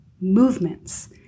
movements